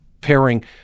pairing